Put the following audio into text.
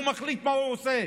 הוא מחליט מה הוא עושה.